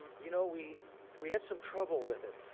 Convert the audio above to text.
um you know, we we had some trouble with it.